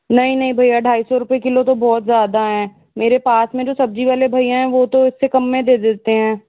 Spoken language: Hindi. नहीं नहीं भैया ढाई सौ रुपए किलो तो बहुत ज़्यादा हैं मेरे पास में जो सब्ज़ी वाले भईया हैं वह तो इससे कम में दे देते हैं